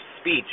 speech